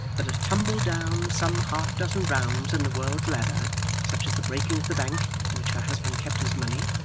that a tumble down some half-dozen rounds in the world's ladder such as the breaking of the bank in which her husband kept his money,